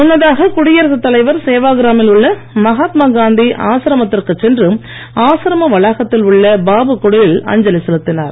முன்னதாக குடியரசுத் தலைவர் சேவா கிராமில் உள்ள மகாத்மா காந்தி ஆசிரமத்திற்கு சென்று ஆசிரம வளாகத்தில் உள்ள பாபு குடிலில் அஞ்சலி செலுத்தினார்